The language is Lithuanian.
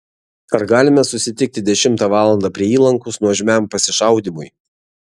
ar galime susitikti dešimtą valandą prie įlankos nuožmiam pasišaudymui